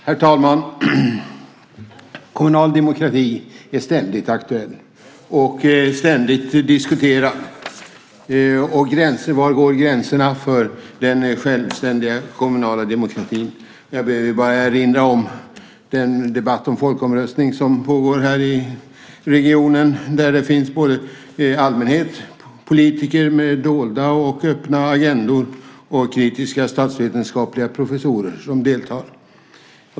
Herr talman! Kommunal demokrati är ständigt aktuell och ständigt diskuterad. Var går gränserna för den självständiga kommunala demokratin? Jag behöver bara erinra om den debatt om en folkomröstning som pågår här i regionen. Det finns både allmänhet, politiker med dolda och öppna agendor och kritiska statsvetenskapliga professorer som deltar.